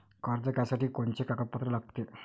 कर्ज घ्यासाठी कोनचे कागदपत्र लागते?